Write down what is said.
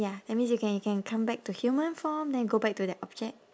ya that means you can you can come back to human form then go back to that object